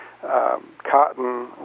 cotton